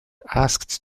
asked